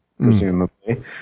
presumably